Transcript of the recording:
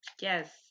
Yes